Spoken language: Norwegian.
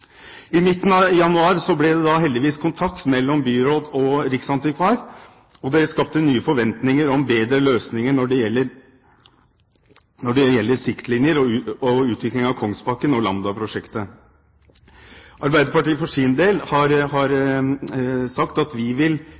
I midten av januar ble det heldigvis kontakt mellom byråd og riksantikvar, og det skapte nye forventninger om bedre løsninger når det gjelder siktlinjer og utviklingen av Kongsbakken og Lambda-prosjektet. Arbeiderpartiet for sin del har sagt at vi vil